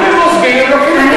אם הם עוזבים הם לוקחים את הכסף,